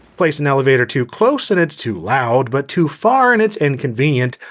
place an elevator too close and it's too loud, but too far and it's inconvenient.